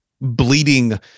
bleeding